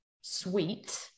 sweet